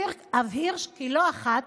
אבהיר כי לא אחת